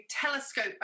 telescope